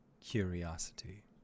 curiosity